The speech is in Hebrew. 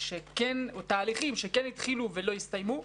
על תהליכים שהתחילו ולא הסתיימו,